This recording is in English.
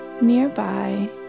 nearby